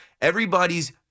everybody's